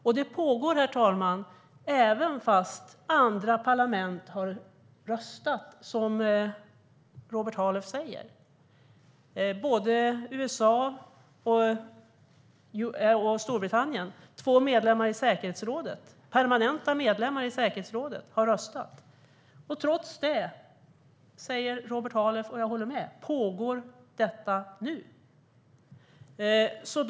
Och det pågår, herr talman, fastän andra parlament har röstat för det som Robert Halef föreslår. Både USA och Storbritannien, två permanenta medlemmar i säkerhetsrådet, har röstat så. Trots det pågår folkmordet nu, som Robert Halef säger.